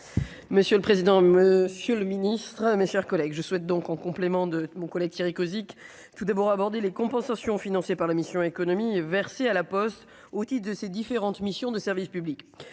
Monsieur le président, monsieur le ministre, mes chers collègues, je souhaite donc en complément de mon collègue Thierry Cozic tout d'abord, aborder les compensations financée par la mission Économie versés à la Poste, outil de ces différentes missions de service public